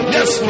Yes